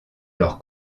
leur